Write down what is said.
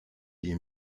ihm